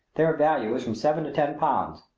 their value is from seven to ten pounds.